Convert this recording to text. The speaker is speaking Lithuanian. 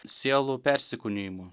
sielų persikūnijimu